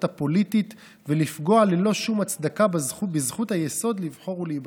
הפוליטית ולפגוע ללא שום הצדקה בזכות היסוד לבחור ולהיבחר.